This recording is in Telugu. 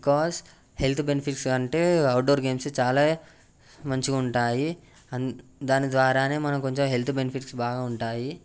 బికాస్ హెల్త్ బెనిఫిట్స్ అంటే అవుట్డోర్ గేమ్స్ చాలా మంచిగా ఉంటాయి దాని ద్వారా మనం కొంచెం హెల్త్ బెనిఫిట్స్ బాగా ఉంటాయి